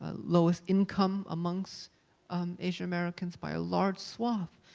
ah lowest income amongst um asian americans by a large swath.